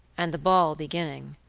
and the ball beginning,